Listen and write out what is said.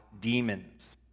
demons